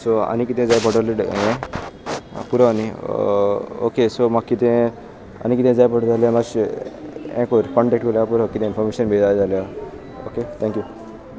so आनी कितें जाय पडोले हे पुरो न्ही ओके सो म्हाका कितें आनी किदें जाय पडटं जाल्यार मशशें हें कोर कॉ्टेक्ट कोल्यार पुरो किदं इन्फोर्मेशन बी जाय जाल्या ओके थँक्यू